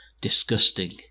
disgusting